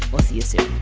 we'll see you soon